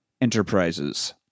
Enterprises